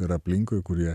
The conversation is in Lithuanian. yra aplinkui kurie